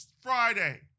Friday